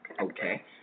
Okay